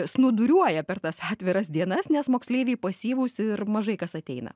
snūduriuoja per tas atviras dienas nes moksleiviai pasyvūs ir mažai kas ateina